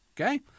okay